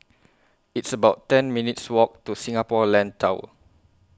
It's about ten minutes' Walk to Singapore Land Tower